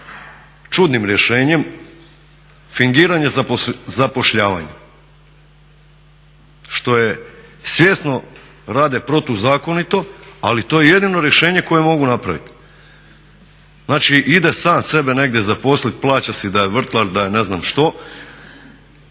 čudnim rješenjem, fingiranje zapošljavanja što je svjesno rade protuzakonito ali to je jedino rješenje koje mogu napraviti. Znači, ide sam sebe negdje zaposliti, plaća si da je vrtlar, da je ne znam što